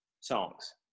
songs